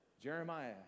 Jeremiah